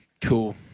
Cool